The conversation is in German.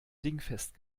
dingfest